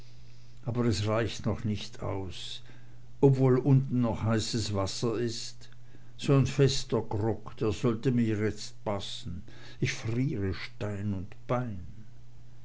aber es reicht noch nicht aus ob wohl unten noch heißes wasser ist so n fester grog der sollte mir jetzt passen ich friere stein und bein